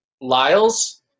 Lyles